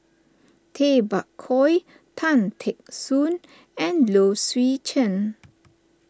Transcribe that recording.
Tay Bak Koi Tan Teck Soon and Low Swee Chen